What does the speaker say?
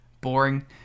boring